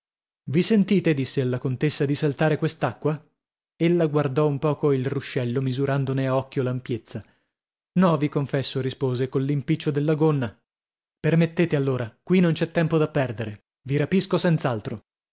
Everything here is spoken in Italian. vi sentite dissi alla contessa di saltare quest'acqua ella guardò un poco il ruscello misurandone a occhio l'ampiezza no vi confesso rispose coll'impiccio della gonna permettete allora qui non c'è tempo da perdere vi rapisco